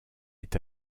est